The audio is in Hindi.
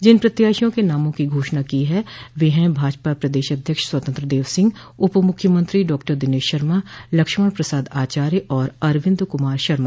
जिन प्रत्याशियों के नामों की घोषणा की गई है वे हैं भाजपा प्रदेश अध्यक्ष स्वतंत्र देव सिंह उप मूख्यमंत्री डॉक्टर दिनेश शर्मा लक्षमण प्रसाद आचार्य और अरविन्द कुमार शर्मा